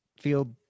feel